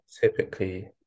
typically